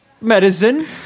medicine